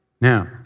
Now